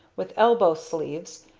with elbow sleeves,